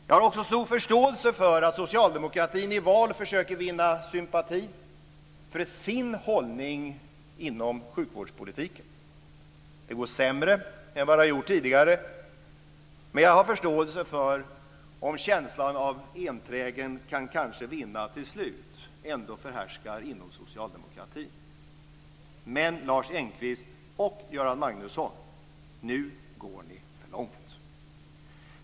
Jag har också stor förståelse för att socialdemokratin i val försöker vinna sympati för sin hållning inom sjukvårdspolitiken. Det går sämre än vad det har gjort tidigare. Men jag har förståelse för att känslan av "enträgen kan kanske vinna till slut" ändå förhärskar inom socialdemokratin. Men Lars Engqvist och Göran Magnusson! Nu går ni för långt!